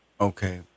Okay